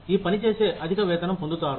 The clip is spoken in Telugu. ఈ పని చేసి అధిక వేతనం పొందుతారు